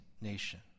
nation